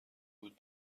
بود